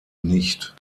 nicht